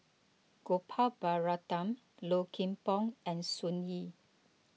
Gopal Baratham Low Kim Pong and Sun Yee